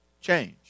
change